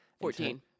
Fourteen